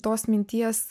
tos minties